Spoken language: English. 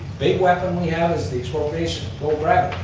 big weapon we have is the exploration, low gravity.